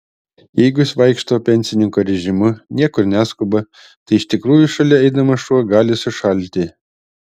jeigu jis vaikšto pensininko režimu niekur neskuba tai iš tikrųjų šalia eidamas šuo gali sušalti